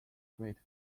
street